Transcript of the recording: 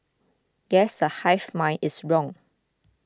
guess the hive mind is wrong